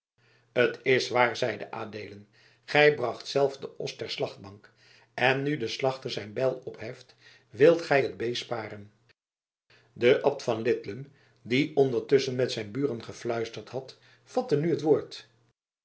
t is waar zeide adeelen gij bracht zelf den os ter slachtbank en nu de slachter zijn bijl opheft wilt gij het beest sparen de abt van lidlum die ondertusschen met zijn buren gefluisterd had vatte nu het woord